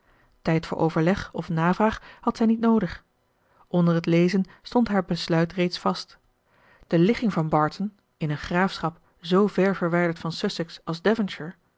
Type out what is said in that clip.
tijd voor overleg of navraag had zij niet noodig onder het lezen stond haar besluit reeds vast de ligging van barton in een graafschap zoo ver verwijderd van sussex als